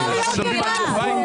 אי אפשר להיות בבלפור.